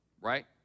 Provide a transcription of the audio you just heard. right